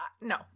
No